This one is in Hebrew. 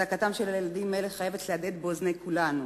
זעקתם של ילדים אלה חייבת להדהד באוזני כולנו.